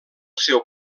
seu